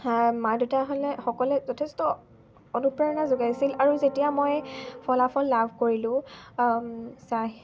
মা দেউতাহঁতে সকলোৱে যথেষ্ট অনুপ্ৰেৰণা যোগাইছিল আৰু যেতিয়া মই ফলাফল লাভ কৰিলোঁ ছাৰে